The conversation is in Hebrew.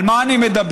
על מה אני מדבר?